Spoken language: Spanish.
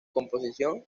composición